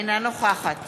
אינה נוכחת